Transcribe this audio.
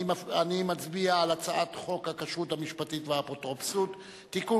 אני מצביע על הצעת חוק הכשרות המשפטית והאפוטרופסות (תיקון,